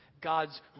God's